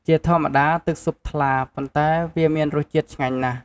ជាធម្មតា ទឹកស៊ុបថ្លាប៉ុន្តែវាមានរសជាតិឆ្ងាញ់ណាស់។